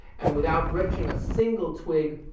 and without wrenching a single twig,